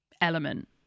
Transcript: element